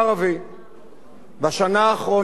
בשנה האחרונה היו בדיוק